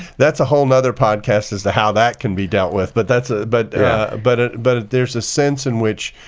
that's a whole and other podcast as to how that can be dealt with. but there's a but yeah but ah but there's a sense in which